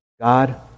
God